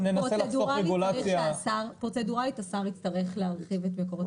פרוצדורלית השר יצטרך להרחיב את מקורות